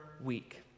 week